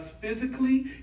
physically